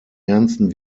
ernsten